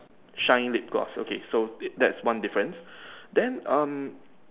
shine lip gloss okay so that's one difference then um